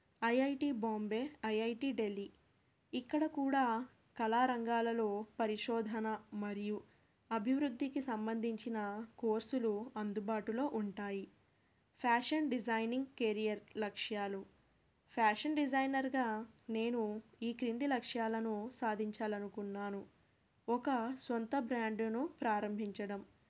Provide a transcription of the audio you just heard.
I I T Bombay I I T Delhi ఇక్కడ కూడా కళారంగాలలో పరిశోధన మరియు అభివృద్ధికి సంబంధించిన కోర్సులు అందుబాటులో ఉంటాయి ఫ్యాషన్ డిజైనింగ్ కెరియర్ లక్ష్యాలు ఫ్యాషన్ డిజైనర్గా నేను ఈ క్రింది లక్ష్యాలను సాధించాలనుకున్నాను ఒక సొంత బ్రాండును ప్రారంభించడం